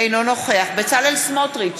אינו נוכח בצלאל סמוטריץ,